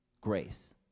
grace